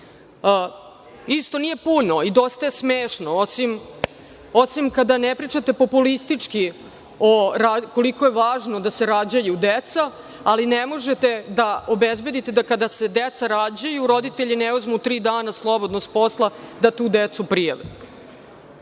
Isto nije puno i dosta je smešno, osim kada ne pričate populistički koliko je važno da se rađaju deca, ali ne možete da obezbedite da kada se deca rađaju roditelji ne uzmu tri dana slobodno sa posla da tu decu